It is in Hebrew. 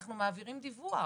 אנחנו מעבירים דיווח.